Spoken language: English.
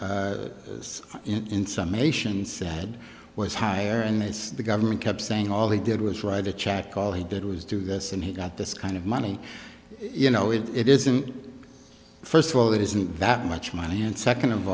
summation said was higher and it's the government kept saying all they did was write a check all he did was do this and he got this kind of money you know if it isn't first of all it isn't that much money and second of